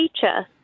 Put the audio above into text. teacher